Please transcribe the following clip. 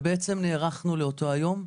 ובעצם נערכנו לאותו היום.